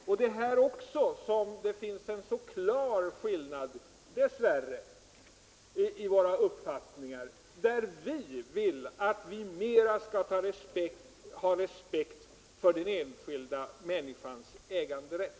Även här finns det dess värre en klar skillnad i våra uppfattningar — vi vill ha en större respekt för den enskilda människans äganderätt.